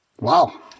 Wow